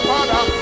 Father